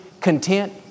content